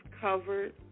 covered